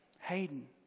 Hayden